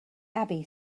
abby